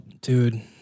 dude